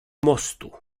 mostu